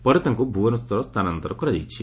ପରେ ତାଙ୍କୁ ଭୁବନେଶ୍ୱର ସ୍ଥାନାନ୍ତର କରାଯାଇଛି